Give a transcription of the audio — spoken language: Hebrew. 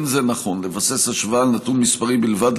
לא נכון לבסס השוואה על נתון מספרי בלבד,